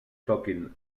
toquin